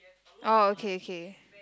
oh okay okay